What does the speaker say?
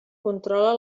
controla